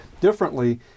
differently